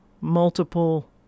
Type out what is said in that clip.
multiple